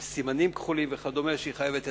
עם סימנים כחולים וכדומה, היא חייבת לדווח,